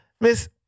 Miss